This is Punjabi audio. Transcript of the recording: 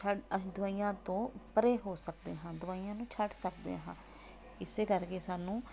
ਛੱਡ ਅਹ ਦਵਾਈਆਂ ਤੋਂ ਪਰੇ ਹੋ ਸਕਦੇ ਹਾਂ ਦਵਾਈਆਂ ਨੂੰ ਛੱਡ ਸਕਦੇ ਹਾਂ ਇਸੇ ਕਰਕੇ ਸਾਨੂੰ